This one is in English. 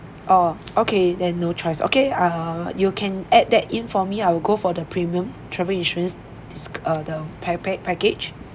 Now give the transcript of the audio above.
orh okay then no choice okay err you can add that in for me I will go for the premium travel insurance s~ the pac~ pa~ package